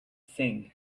thing